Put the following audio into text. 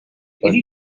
but